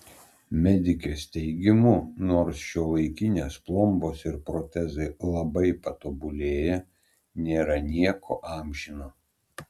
medikės teigimu nors šiuolaikinės plombos ir protezai labai patobulėję nėra nieko amžino